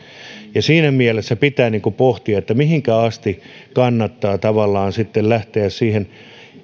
ja siinä mielessä pitää pohtia mihinkä asti kannattaa tavallaan sitten lähteä siihen